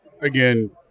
Again